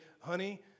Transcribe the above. honey